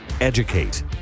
educate